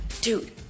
dude